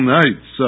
nights